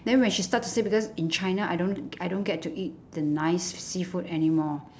then when she start to say because in china I don't g~ I don't get to eat the nice s~ seafood anymore